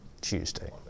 Tuesday